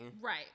Right